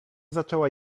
zaczęła